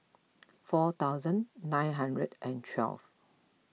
four thousand nine hundred and twelve